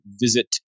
visit